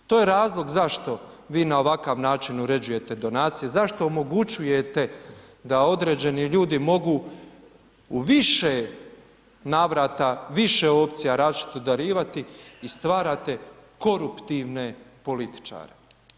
To je razlog zašto vi na ovakav način uređujete donacije, zašto omogućujete da određeni ljudi mogu u više navrata, više opcija različitih darivati i stvarate koruptivne političare.